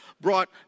brought